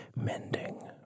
Mending